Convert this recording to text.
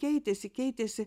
keitėsi keitėsi